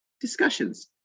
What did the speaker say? discussions